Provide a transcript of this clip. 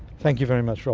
thank you very much, um